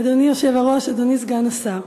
אדוני היושב-ראש, אדוני סגן השר,